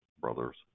Brothers